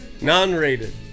Non-rated